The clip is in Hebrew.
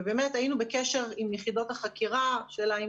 היינו בקשר עם יחידות החקירה והשאלה אם